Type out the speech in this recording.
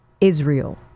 Israel